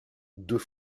deux